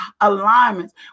alignments